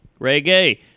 reggae